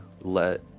let